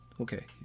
Okay